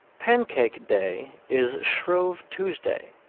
pancake day is shrove tuesday.